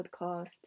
podcast